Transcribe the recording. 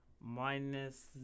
minus